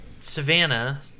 Savannah